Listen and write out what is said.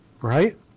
right